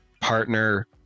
partner